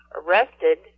arrested